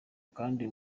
kandi